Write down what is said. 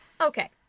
Okay